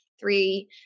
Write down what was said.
three